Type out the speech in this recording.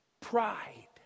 Pride